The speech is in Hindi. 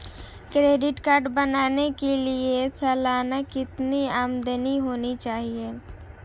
क्रेडिट कार्ड बनाने के लिए सालाना कितनी आमदनी होनी चाहिए?